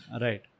Right